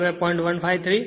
153 છે